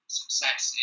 success